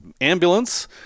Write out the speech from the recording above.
ambulance